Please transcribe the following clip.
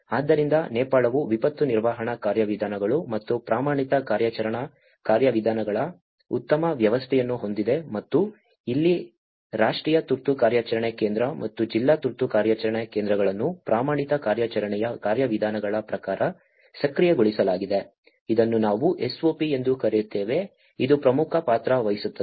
ಆದ್ದರಿಂದ ನೇಪಾಳವು ವಿಪತ್ತು ನಿರ್ವಹಣಾ ಕಾರ್ಯವಿಧಾನಗಳು ಮತ್ತು ಪ್ರಮಾಣಿತ ಕಾರ್ಯಾಚರಣಾ ಕಾರ್ಯವಿಧಾನಗಳ ಉತ್ತಮ ವ್ಯವಸ್ಥೆಯನ್ನು ಹೊಂದಿದೆ ಮತ್ತು ಇಲ್ಲಿಯೇ ರಾಷ್ಟ್ರೀಯ ತುರ್ತು ಕಾರ್ಯಾಚರಣೆ ಕೇಂದ್ರ ಮತ್ತು ಜಿಲ್ಲಾ ತುರ್ತು ಕಾರ್ಯಾಚರಣೆ ಕೇಂದ್ರಗಳನ್ನು ಪ್ರಮಾಣಿತ ಕಾರ್ಯಾಚರಣೆಯ ಕಾರ್ಯವಿಧಾನಗಳ ಪ್ರಕಾರ ಸಕ್ರಿಯಗೊಳಿಸಲಾಗಿದೆ ಇದನ್ನು ನಾವು SOP ಎಂದು ಕರೆಯುತ್ತೇವೆ ಇದು ಪ್ರಮುಖ ಪಾತ್ರ ವಹಿಸುತ್ತದೆ